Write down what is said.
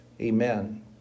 Amen